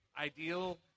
ideal